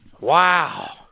wow